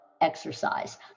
exercise